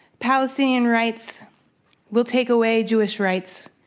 palestinian rights will take away jewish rights.